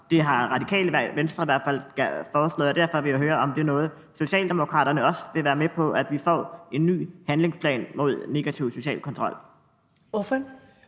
Det har Radikale Venstre i hvert fald foreslået, og derfor vil jeg høre, om det er noget, Socialdemokraterne også vil være med på, altså at vi får en ny handlingsplan mod negativ social kontrol. Kl.